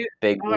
big